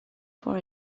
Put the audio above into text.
for